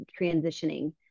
transitioning